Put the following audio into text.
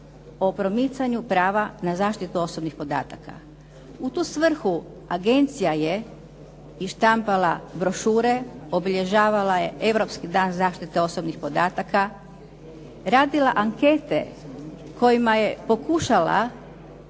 o promicanju prava na zaštitu osobnih podataka. U tu svrhu agencija je i štampala brošure, obilježavala je Europski dan zaštite osobnih podataka, radila ankete kojima je pokušala